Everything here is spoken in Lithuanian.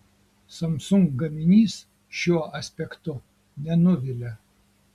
samsung gaminys šiuo aspektu nenuvilia